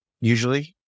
usually